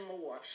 more